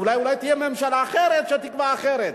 אולי תהיה ממשלה אחרת שתקבע אחרת.